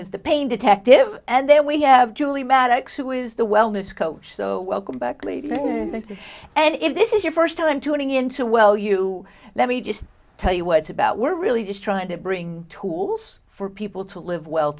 as the pain detective and then we have julie maddox who is the wellness coach so welcome back lee and if this is your first time tuning into well you let me just tell you what's about we're really just trying to bring tools for people to live well